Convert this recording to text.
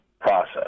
process